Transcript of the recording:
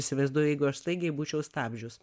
įsivaizduoju jeigu aš staigiai būčiau stabdžius